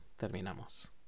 terminamos